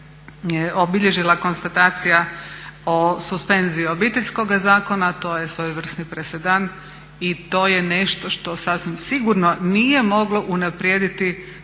obilježila konstatacija o suspenziji Obiteljskoga zakona a to je svojevrsni presedan i to je nešto što sasvim sigurno nije moglo unaprijediti